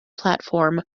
platform